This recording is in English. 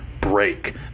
break